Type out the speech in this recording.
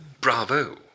bravo